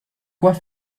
quoi